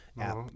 app